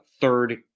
third